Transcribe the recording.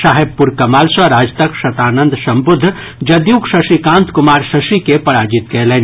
साहेबपुर कमाल सॅ राजदक शतानंद सम्बुद्ध जदयूक शशिकांत कुमार शशि के पराजित कयलनि